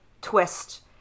twist